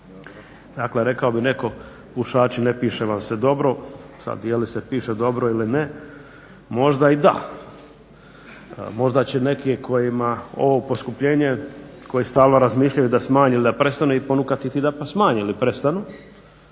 Dakle rekao bi netko pušači ne piše vam se dobro, sad je li se piše dobro ili ne, možda i da, možda će neki kojima ovo poskupljenje koji stalno razmišljaju da smanje ili da prestanu i ponukati da smanje ili prestanu